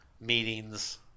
Meetings